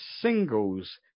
singles